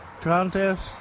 contest